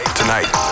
tonight